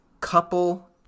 Couple